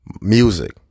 Music